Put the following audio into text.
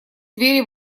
двери